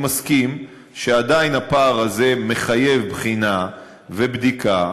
אני מסכים שעדיין הפער הזה מחייב בחינה ובדיקה,